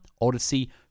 odyssey